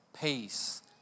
peace